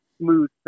smooth